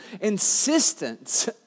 insistence